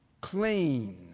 clean